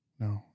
No